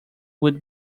would